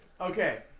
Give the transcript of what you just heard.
Okay